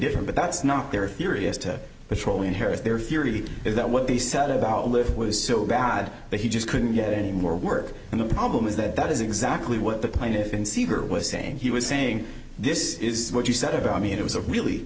different but that's not their theory as to patrol in here if their theory is that what they said about live was so bad that he just couldn't get any more work and the problem is that that is exactly what the plaintiff in seeger was saying he was saying this is what you said about me it was a really